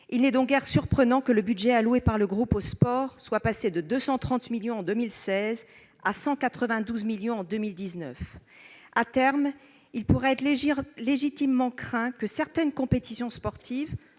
Il n'est donc guère surprenant que le budget alloué par le groupe au sport soit passé de 230 millions en 2016 à 192 millions en 2019. À terme, on pourrait légitimement craindre que certaines compétitions sportives